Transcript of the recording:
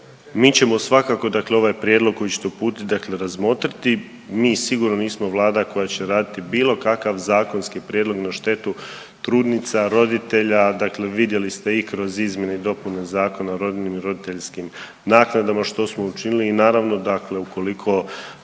Mi ćemo svakako dakle ovaj prijedlog koji ćete uputiti dakle razmotriti. Mi sigurno nismo Vlada koja će raditi bilo kakav zakonski prijedlog na štetu trudnica, roditelja, dakle vidjeli ste i kroz izmjene i dopune Zakona o rodiljnim i roditeljskim naknadama što smo učinili i naravno dakle